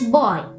boy